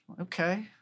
Okay